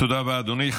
תודה רבה, אדוני.